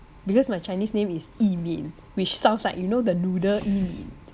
because my chinese name is yi min which sounds like you know the noodle yi mein